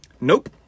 Nope